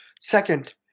second